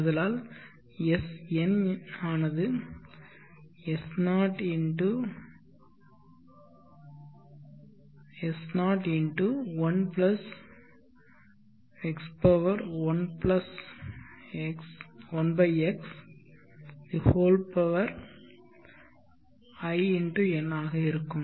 ஆதலால்Sn ஆனது S0 × 1 x 1 x i × n ஆக இருக்கும்